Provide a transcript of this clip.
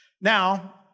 Now